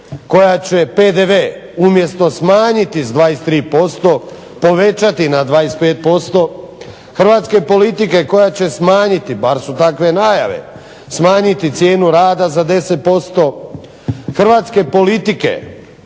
koja će PDV umjesto smanjiti s 23% povećati na 25%, hrvatske politike koja će smanjiti, bar su takve najave, smanjiti cijenu rada za 10%, hrvatske politike